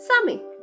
Sammy